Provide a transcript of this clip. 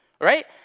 right